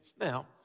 Now